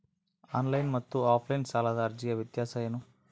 Online ಮತ್ತು offline ಸಾಲದ ಅರ್ಜಿಯ ವ್ಯತ್ಯಾಸ ಏನು?